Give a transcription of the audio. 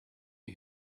you